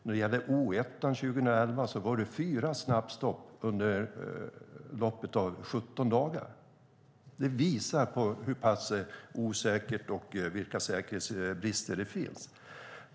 På Oskarshamn 1 var det 2011 fyra snabbstopp under loppet av 17 dagar. Det visar hur pass osäkert det är och vilka säkerhetsbrister det finns.